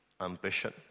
ambition